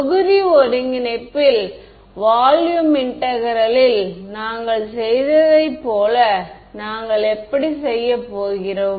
தொகுதி ஒருங்கிணைப்பில் வால்யூம் இண்ட்டெகரலில் நாங்கள் செய்ததைப் போல நாங்கள் எப்படி செய்யப்போகிறோம்